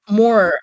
more